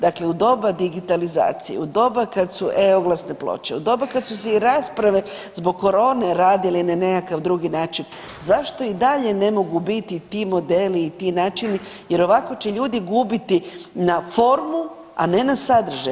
Dakle, u doba digitalizacije, u doba kad su e-oglasne ploče, u doba kad su se i rasprave zbog korone radile na nekakav drugi način, zašto i dalje ne mogu biti ti modeli i ti načini jer ovako će ljudi gubiti na formu, a ne na sadržaj.